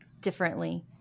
differently